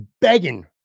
begging